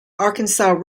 arkansas